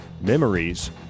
memories